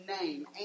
name